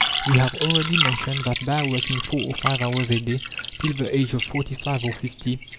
we have already mentioned that by working four or five hours a day till the age of forty-five or fifty,